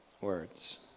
words